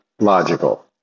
logical